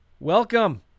Welcome